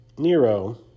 Nero